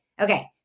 Okay